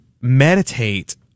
meditate